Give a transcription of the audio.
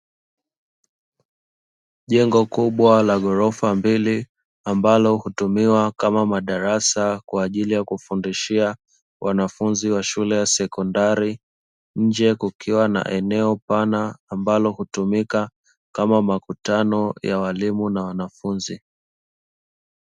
Jengo kubwa la ghorofa mbili ambalo hutumiwa kama madarasa kwa ajili ya kufundishia wanafunzi wa shule ya sekondari, nje kukiwa na eneo pana ambalo hutumika kama makutano ya walimu na wanafunzi.